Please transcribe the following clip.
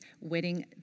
wedding